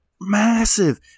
massive